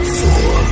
four